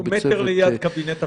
הוא מטר ליד קבינט הפיוס.